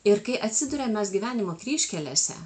ir kai atsiduriam mes gyvenimo kryžkelėse